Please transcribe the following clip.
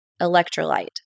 electrolyte